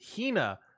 Hina